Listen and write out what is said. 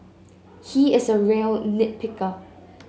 he is a real nit picker